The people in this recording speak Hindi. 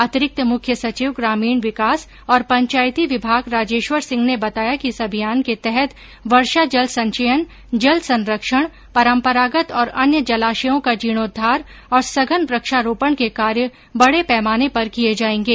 अतिरिक्त मुख्य सचिव ग्रामीण विकास और पंचायती विभाग राजेश्वर सिंह ने बताया कि इस अभियान के तहत वर्षा जल संचयन जल संरक्षण परम्परागत और अन्य जलाशयों का जीर्णोद्वार और सघन वृक्षारोपण के कार्य बड़े पैमाने पर किए जाएंगे